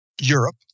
Europe